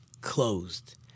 closed